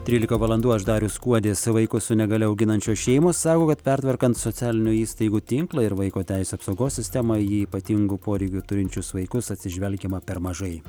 trylika valandų as darius skuodis vaiko su negalia auginančios šeimos sako kad pertvarkant socialinių įstaigų tinklą ir vaiko teisių apsaugos sistemą į ypatingų poreikių turinčius vaikus atsižvelgiama per mažai